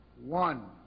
one